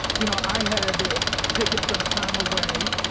you know, i had taken some time away.